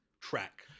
track